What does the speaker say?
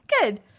Good